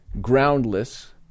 groundless